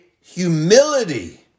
humility